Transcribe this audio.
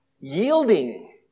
yielding